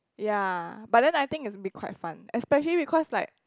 ya but then I think it should be quite fun especially because like